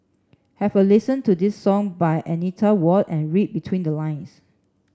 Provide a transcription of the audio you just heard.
have a listen to this song by Anita Ward and read between the lines